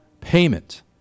payment